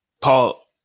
Paul